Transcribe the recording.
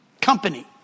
company